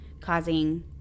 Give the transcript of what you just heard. causing